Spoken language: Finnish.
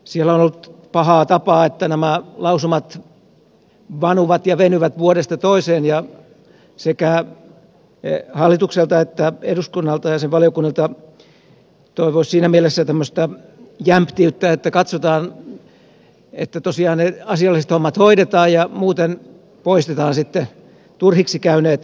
on ollut pahaa tapaa että lausumat vanuvat ja venyvät vuodesta toiseen ja sekä hallitukselta että eduskunnalta ja sen valiokunnilta toivoisi siinä mielessä jämptiyttä että katsotaan että tosiaan asialliset hommat hoidetaan ja muuten sitten poistetaan turhiksi käyneet lausumat